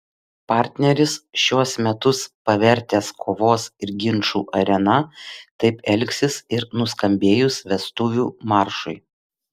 partneris šiuos metus pavertęs kovos ir ginčų arena taip elgsis ir nuskambėjus vestuvių maršui